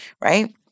right